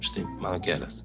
štai mano kelias